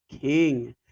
king